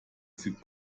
sieht